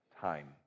time